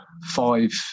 five